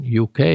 UK